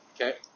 Okay